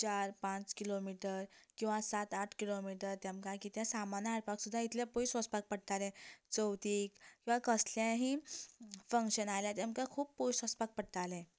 चार पांच किलोमिटर किंवां सात आठ किलोमिटर तेमकां सामान हाडपाक इतलें पयस वचपाक पडटालें चवथीक किंवां कसल्याय फंक्शन आयल्यार तेंकां खूब पयस वचपाक पडटालें